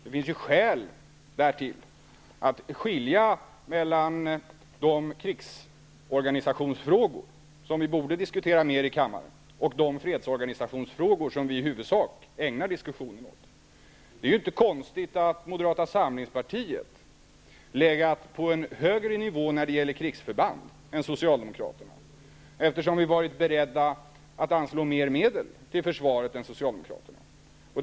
Det finns skäl därtill, att skilja mellan de krigsorganisationsfrågor som vi borde diskutera mer i kammaren och de fredsorganisationsfrågor som vi i huvudsak ägnar diskussionen åt. Det är inte konstigt att Moderata samlingspartiet har legat på en högre nivå när det gäller krigsförband än Socialdemokraterna, eftersom vi har varit beredda att anslå mer medel till försvaret än Socialdemokraterna.